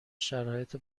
شرایط